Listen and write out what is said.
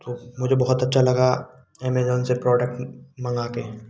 तो मुझे बहुत अच्छा लगा एमेज़ॉन से प्रोडक्ट मँगाकर